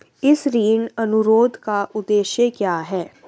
इस ऋण अनुरोध का उद्देश्य क्या है?